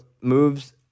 moves